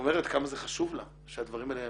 ואומרת כמה זה חשוב לה שהדברים האלה ימשיכו,